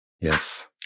Yes